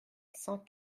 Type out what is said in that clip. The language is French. cent